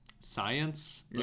Science